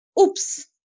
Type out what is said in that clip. oops